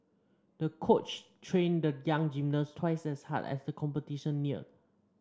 the coach trained the young gymnast twice as hard as the competition neared